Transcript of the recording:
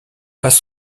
passe